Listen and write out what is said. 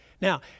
Now